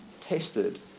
tested